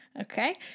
Okay